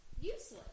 useless